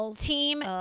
Team